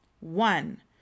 One